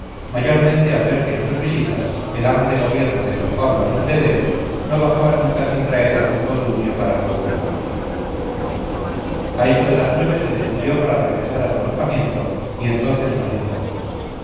mayormente al ver que en sus visitas el ama de gobierno de d pablo nomdedeu no bajaba nunca sin traer algún condumio para los huérfanos a eso de las nueve se despidió para regresar a su alojamiento y entonces nos dijo